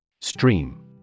Stream